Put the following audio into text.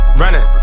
running